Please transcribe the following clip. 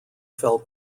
fell